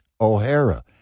O'Hara